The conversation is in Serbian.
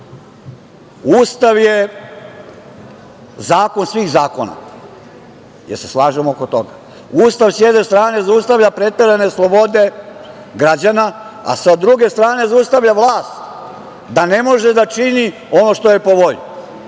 Ustav je zakon svih zakona. Da li se slažemo oko toga? Ustav sa jedne strane zaustavlja preterane slobode građana, a sa druge strane zaustavlja vlast, da ne može da čini ono što je po volji.